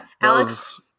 Alex